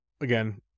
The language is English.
again